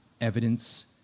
evidence